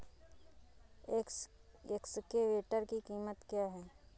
Excavator की कीमत क्या है?